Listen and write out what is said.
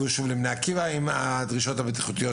עלו שוב לבני עקיבא עם הדרישות הבטיחותיות,